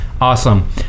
Awesome